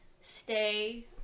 stay